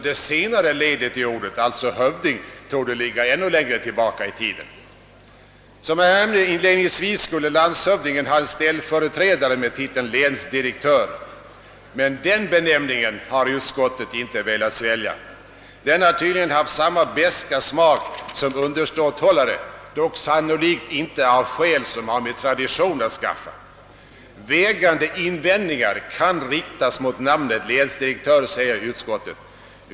Det senare ledet i ordet, alltså hövding, torde vara ännu äldre. Som jag nämnde inledningsvis skulle landshövdingen ha en ställföreträdare med titeln länsdirektör, men den benämningen har utskottet inte velat svälja. Den har tydligen haft samma beska smak som underståthållare, dock sannolikt inte av skäl som har med tradition att skaffa. Vägande invändningar kan riktas mot namnet länsdirektör, säger utskottet.